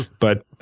but